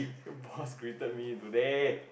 boss greeted me today